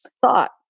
thought